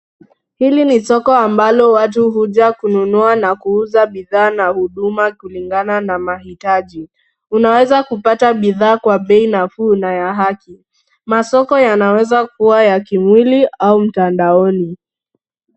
Hili ni soko ambalo watu huja kununua na kuuza bidhaa na huduma kulingana na mahitaji. Unaweza kupata bidhaa na ya haki. Masoko yanaweza kuwa ya kimwili au mtandaoni.